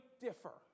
differ